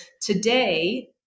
today